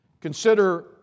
Consider